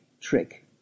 trick